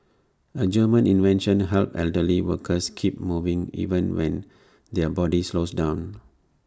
A German invention helps elderly workers keep moving even when their body slows down